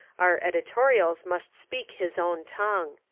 our editorials must speak his own tongue.